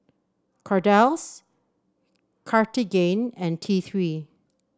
Kordel's Cartigain and T Three